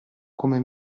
come